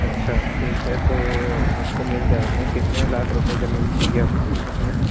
अच्छा ठीक है तो आपको मिल जाएगा कितने लाख रुपए का लोन चाहिए आपको उसमें